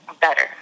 better